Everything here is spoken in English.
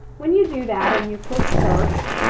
when you do that, and you click search,